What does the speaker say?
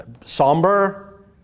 somber